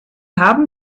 haben